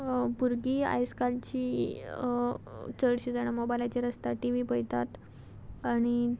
भुरगीं आयज कालचीं चडशीं जाणां मोबायलाचेर आसता टी व्ही पयतात आणी